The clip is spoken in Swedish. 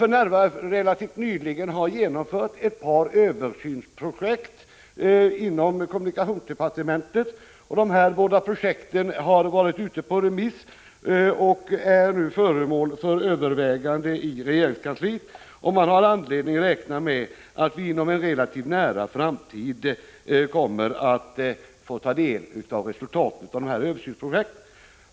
Relativt nyligen har ett par översynsprojekt genomförts inom kommunikationsdepartementet. Båda projekten har varit ute på remiss och är nu föremål för överväganden i regeringskansliet. Det finns anledning att räkna med att vi inom en relativt nära framtid kommer att få ta del av resultatet av dessa översynsprojekt.